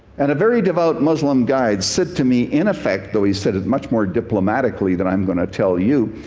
and a very devout muslim guide said to me in effect, though he said it much more diplomatically than i'm going to tell you,